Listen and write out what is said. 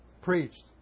preached